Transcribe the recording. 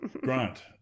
Grant